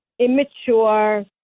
immature